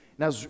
Now